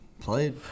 played